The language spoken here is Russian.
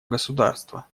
государства